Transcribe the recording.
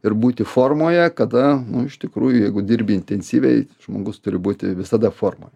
ir būti formoje kada iš tikrųjų jeigu dirbi intensyviai žmogus turi būti visada formoj